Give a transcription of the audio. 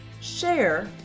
share